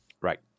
Right